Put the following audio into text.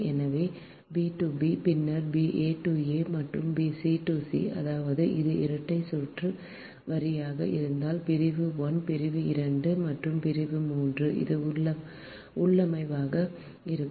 எனவே b to b பின்னர் a to a மற்றும் c to c அதாவது இது இரட்டை சுற்று வரியாக இருந்தால் பிரிவு 1 பிரிவு 2 மற்றும் பிரிவு 3 இது உள்ளமைவாக இருக்கும்